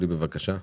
בבקשה.